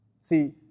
See